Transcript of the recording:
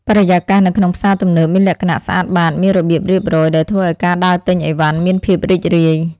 បរិយាកាសនៅក្នុងផ្សារទំនើបមានលក្ខណៈស្អាតបាតមានរបៀបរៀបរយដែលធ្វើឱ្យការដើរទិញអីវ៉ាន់មានភាពរីករាយ។